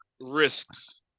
risks